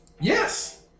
Yes